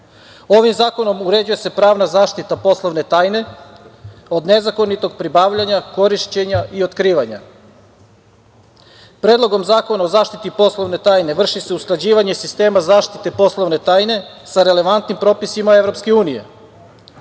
zakonom uređuje se pravna zaštita poslovne tajne od nezakonitog pribavljanja, korišćenja i otkrivanja. Predlogom zakona o zaštiti poslovne tajne vrši se usklađivanje sistema zaštite poslovne tajne sa relevantnim propisima